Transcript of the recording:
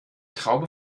traube